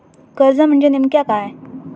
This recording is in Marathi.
कर्ज म्हणजे नेमक्या काय?